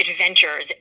adventures